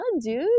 dude